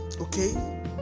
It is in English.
okay